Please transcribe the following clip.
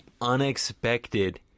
unexpected